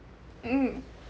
mm